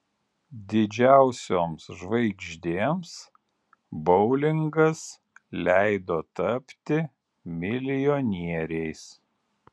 didžiausioms žvaigždėms boulingas leido tapti milijonieriais